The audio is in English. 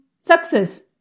success